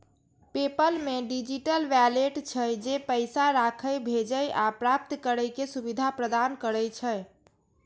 PayPal मे digital wallet छै, जे पैसा राखै, भेजै आ प्राप्त करै के सुविधा प्रदान करै छै